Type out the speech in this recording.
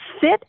sit